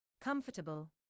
Comfortable